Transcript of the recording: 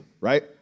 right